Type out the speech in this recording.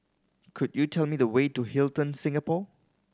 could you tell me the way to Hilton Singapore